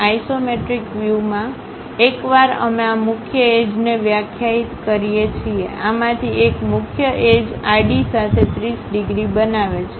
isometric વ્યૂમાં એકવાર અમે આ મુખ્ય એજને વ્યાખ્યાયિત કરીએ છીએ આમાંથી એક મુખ્ય એજઆડી સાથે 30 ડિગ્રી બનાવે છે